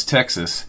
Texas